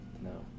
no